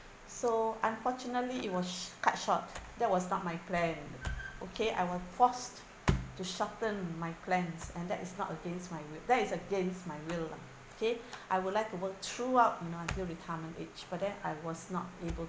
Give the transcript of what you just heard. so unfortunately it was s~ cut short that was not my plan okay I was forced to shorten my plans and that is not against my will that is against my will lah okay I would like to work throughout you know until my retirement age but then I was not able